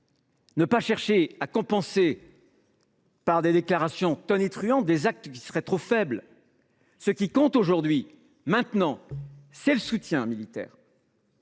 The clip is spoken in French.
ni chercher à compenser par des déclarations tonitruantes des actes qui seraient trop faibles. Ce qui compte, c’est le soutien militaire